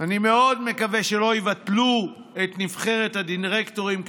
אני מאוד מקווה שלא יבטלו את נבחרת הדירקטורים,